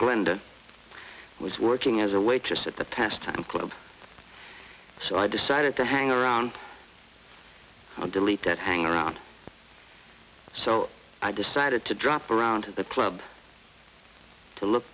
glenda who was working as a waitress at the pastime club so i decided to hang around delete that hang around so i decided to drop around the club to look